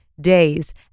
days